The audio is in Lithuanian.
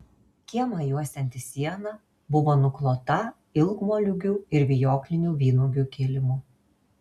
kiemą juosianti siena buvo nuklota ilgmoliūgių ir vijoklinių vynuogių kilimu